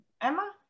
Emma